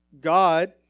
God